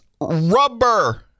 rubber